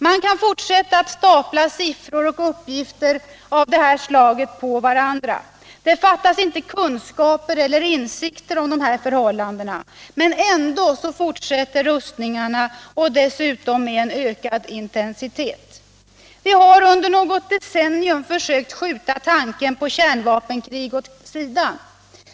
Man kan fortsätta att stapla siffror och uppgifter av detta slag på varandra. Det fattas inte kunskaper eller insikter om dessa förhållanden. Men ändå fortsätter rustningarna och dessutom med ökad intensitet. Vi har under något decennium försökt skjuta tanken på kärnvapenkrig åt sidan.